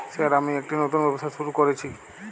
Sir আমি একটি নতুন ব্যবসা শুরু করেছি?